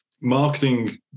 marketing